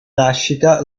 nascita